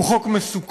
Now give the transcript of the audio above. הוא חוק מסוכן,